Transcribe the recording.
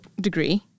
degree